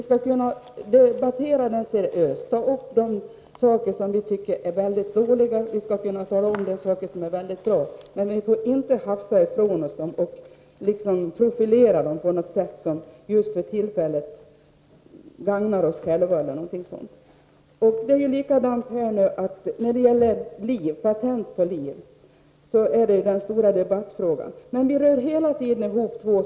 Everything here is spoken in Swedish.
Debatten skall föras seriöst och vi skall kunna ta upp de saker som är väldigt dåliga, men också de som är väldigt bra. Men vi får inte hafsa i väg dessa frågor och profilera dem på ett sätt som just för tillfället gagnar oss själva. Nu handlar den stora debattfrågan om patent på liv. Vi rör dock hela tiden ihop två saker när det gäller patent.